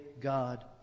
God